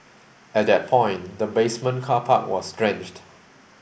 at that point the basement car park was drenched